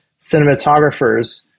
cinematographers